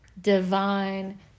divine